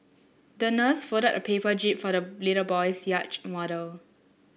the nurse folded a paper jib for the little boy's yacht model